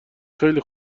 خیلی